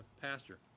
pasture